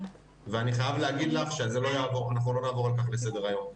ואני חייב להגיד לך שאנחנו לא נעבור על זה לסדר היום.